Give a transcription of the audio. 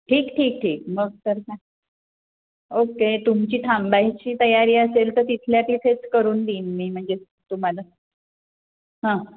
ठीक ठीक ठीक मग तर काय ओके तुमची थांबायची तयारी असेल तर तिथल्या तिथेच करून देईन मी म्हणजे तुम्हाला हां